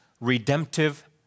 redemptive